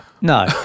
No